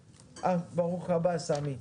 ברוך הבא, סמי.